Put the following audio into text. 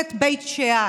כשאסיים.